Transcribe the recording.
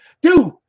dude